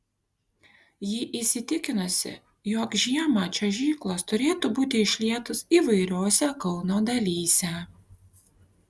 ji įsitikinusi jog žiemą čiuožyklos turėtų būti išlietos įvairiose kauno dalyse